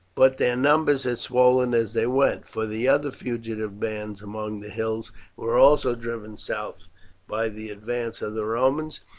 but their numbers had swollen as they went, for the other fugitive bands among the hills were also driven south by the advance of the romans,